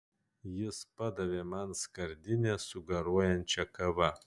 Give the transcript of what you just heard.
jis padavė man skardinę su garuojančia kava